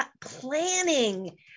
planning